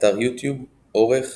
באתר יוטיוב אורך